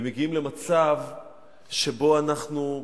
ומגיעים למצב שבו אנחנו,